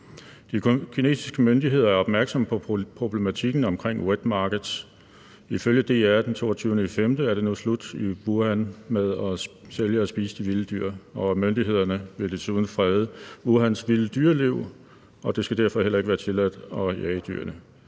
De kinesiske myndigheder er opmærksomme på problematikken omkring wet markets. Ifølge DR den 22. maj er det nu slut i Wuhan med at sælge og spise de vilde dyr; myndighederne vil desuden frede Wuhans vilde dyreliv, og det skal derfor heller ikke være tilladt at jage dyrene.